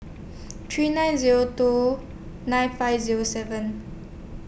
three nine Zero two nine five Zero seven